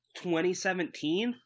2017